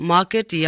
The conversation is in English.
Market